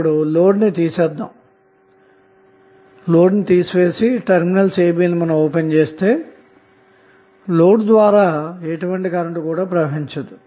ఇప్పుడు లోడ్ ను తీసివేయడం ద్వారా టెర్మినల్స్ a b లను ఓపెన్ చేస్తే లోడ్ ద్వారా ఎటువంటి కరెంటు ప్రవహించదు